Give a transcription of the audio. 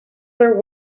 their